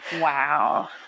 wow